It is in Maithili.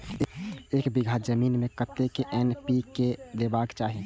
एक बिघा जमीन में कतेक एन.पी.के देबाक चाही?